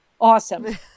awesome